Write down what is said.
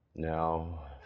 Now